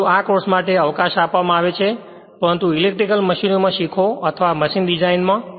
પરંતુ આ કોર્સ માટે અવકાશ આપવામાં આવે છે પરંતુ ઇલેક્ટ્રિકલ મશીનોમાં શીખો અથવા મશીન ડિઝાઇનમાં